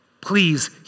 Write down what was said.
Please